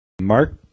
Mark